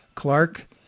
Clark